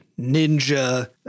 Ninja